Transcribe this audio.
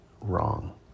wrong